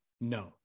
No